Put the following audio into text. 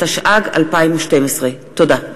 התשע"ג 2012. תודה.